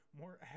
more